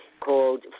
called